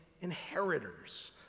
inheritors